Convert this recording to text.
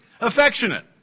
affectionate